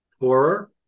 poorer